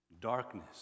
Darkness